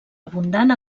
abundant